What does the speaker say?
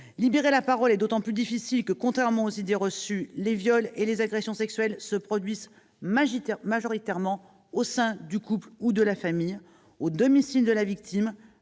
libérer la parole que, contrairement aux idées reçues, les viols et les agressions sexuelles se produisent majoritairement au sein du couple ou de la famille, au domicile de la victime,